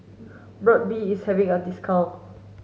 Burt bee is having a discount